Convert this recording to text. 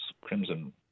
Crimson